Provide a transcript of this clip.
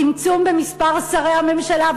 צמצום במספר שרי הממשלה,